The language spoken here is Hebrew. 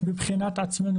מבחינת עצמנו,